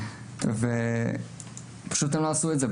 אבל לא עשו את זה.